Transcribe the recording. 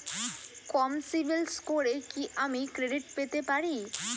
কম সিবিল স্কোরে কি আমি ক্রেডিট পেতে পারি?